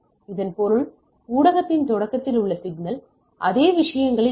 இதன் பொருள் ஊடகத்தின் தொடக்கத்தில் உள்ள சிக்னல் அதே விஷயங்களில் இல்லை